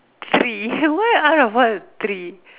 tree why out of all tree